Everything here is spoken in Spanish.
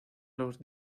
los